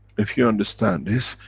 if you understand this,